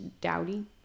Dowdy